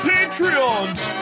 Patreons